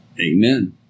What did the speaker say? Amen